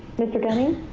mr. gunning?